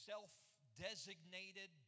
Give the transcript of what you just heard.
self-designated